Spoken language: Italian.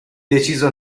deciso